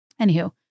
anywho